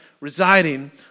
residing